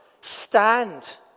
Stand